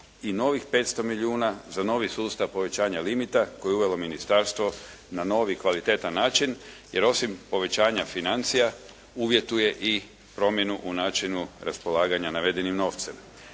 i novih 500 milijuna za novi sustav povećanja limita koje je uvelo ministarstvo na nov i kvalitetan način jer osim povećanja financija uvjetuje i promjenu u načinu raspolaganja navedenim novcem.